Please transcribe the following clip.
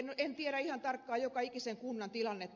en tiedä ihan tarkkaan joka ikisen kunnan tilannetta